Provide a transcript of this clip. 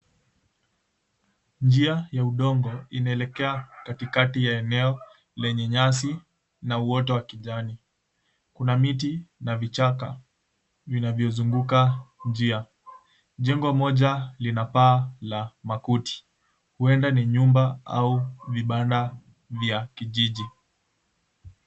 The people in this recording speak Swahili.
Njia ya udongo inaelekea katikati ya eneo lenye nyasi na uota wa kijani. Kuna miti na vichaka vinavyozunguka njia. Jengo moja lina paa la makuti, huenda ni nyumba au vibanda vya kijiji.